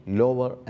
lower